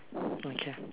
okay